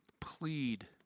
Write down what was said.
plead